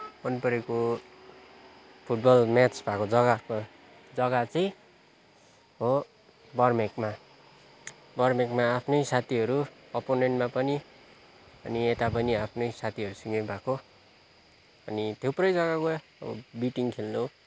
मनपरेको football match भएको जग्गा जग्गा चाहिँ हो बर्मेकमा बर्मेकमा आफ्नै साथीहरू ओपोनेन्टमा पनि अनि यता पनि आफ्नै साथीहरूसँगै भएको अनि थुप्रै जग्गा गयो अब बिटिङ खेल्न